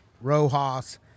Rojas